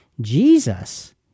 Jesus